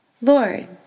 Lord